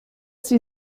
sie